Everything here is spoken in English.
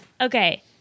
okay